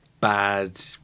bad